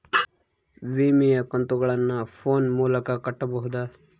ವಿಮೆಯ ಕಂತುಗಳನ್ನ ಫೋನ್ ಮೂಲಕ ಕಟ್ಟಬಹುದಾ?